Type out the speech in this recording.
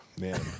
man